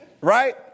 Right